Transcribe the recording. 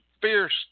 fierce